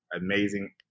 amazing